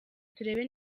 turebe